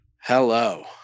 Hello